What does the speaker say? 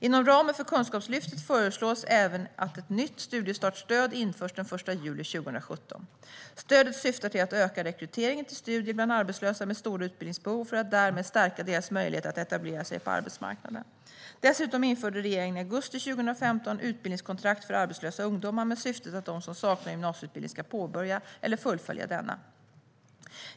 Inom ramen för Kunskapslyftet föreslås även att ett nytt studiestartsstöd införs den 1 juli 2017. Stödet syftar till att öka rekryteringen till studier bland arbetslösa med stora utbildningsbehov för att därmed stärka deras möjligheter att etablera sig på arbetsmarknaden. Dessutom införde regeringen i augusti 2015 utbildningskontrakt för arbetslösa ungdomar med syftet att de som saknar en gymnasieutbildning ska påbörja eller fullfölja denna.